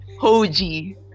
Hoji